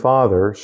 Father